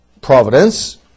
providence